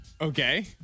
Okay